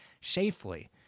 safely